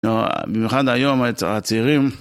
במיוחד היום הצעירים